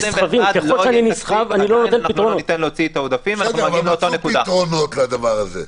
מצאו פתרונות לדבר הזה.